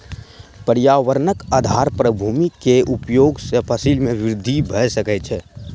पर्यावरणक आधार पर भूमि के उपयोग सॅ फसिल में वृद्धि भ सकै छै